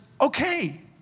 okay